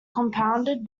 compounded